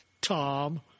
Tom